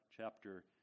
chapter